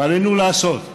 ועלינו לעשות.